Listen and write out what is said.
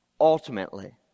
ultimately